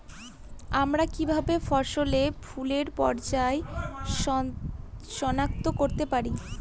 আমরা কিভাবে ফসলে ফুলের পর্যায় সনাক্ত করতে পারি?